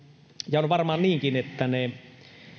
ja on varmaan niinkin että ne